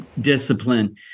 Discipline